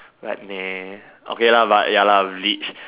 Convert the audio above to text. like nah okay lah ya lah leech